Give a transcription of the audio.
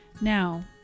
Now